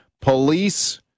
police